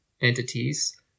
entities